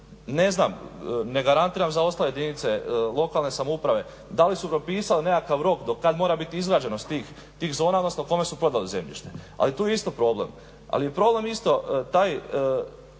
ne znam, ne garantiram za ostale jedinice lokalne samouprave da li su propisali nekakav rok do kad mora biti izgrađenost tih zona odnosno kome su prodali zemljište, ali tu je isto problem. Ali je problem isto taj